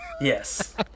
Yes